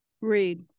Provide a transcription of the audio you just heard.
Read